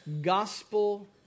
gospel